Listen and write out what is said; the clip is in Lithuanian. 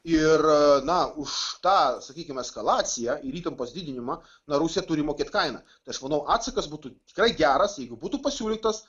ir na už tą sakykim eskalaciją ir įtampos didinimą na rusija turi mokėt kainą tai aš manau atsakas būtų tikrai geras jeigu būtų pasiūlytas